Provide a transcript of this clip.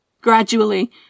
Gradually